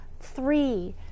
three